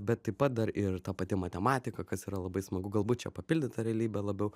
bet taip pat dar ir ta pati matematika kas yra labai smagu galbūt čia papildyta realybė labiau